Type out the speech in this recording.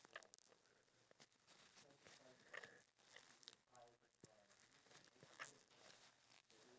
oh my god we ordered another one oh look another one is coming oh another one another one we were like oh gosh